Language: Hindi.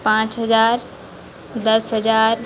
पाँच हजार दस हजार